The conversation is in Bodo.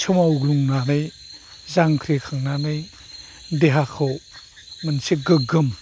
सोमवग्लुंनानै जांख्रिखांनानै देहाखौ मोनसे गोग्गोम